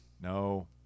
No